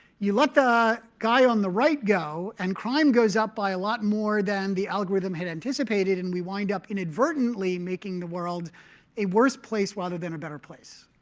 you let the guy on the right go, and crime goes up by a lot more than the algorithm had anticipated. and we wind up inadvertently making the world a worse place rather than a better place.